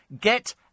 Get